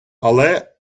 але